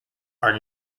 are